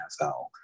NFL